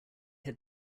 had